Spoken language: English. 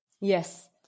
yes